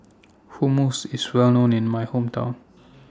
Hummus IS Well known in My Hometown